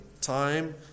time